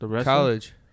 College